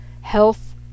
health